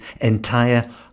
entire